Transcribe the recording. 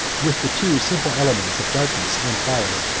with the two simple elements of darkness and fire,